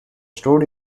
stored